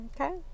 okay